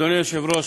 אדוני היושב-ראש,